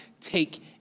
take